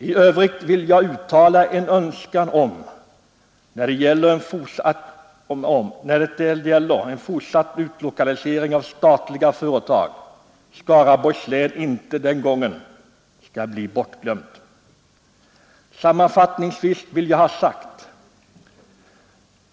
I övrigt vill jag uttala en önskan om att när det gäller en fortsatt utlokalisering av statliga företag Skaraborgs län inte skall bli bortglömt. Sammanfattningsvis vill jag ha sagt följande.